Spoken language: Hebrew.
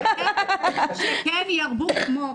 כן ירבו כמוך,